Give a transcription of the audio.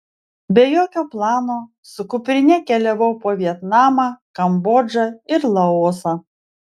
be jokio plano su kuprine keliavau po vietnamą kambodžą ir laosą